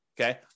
okay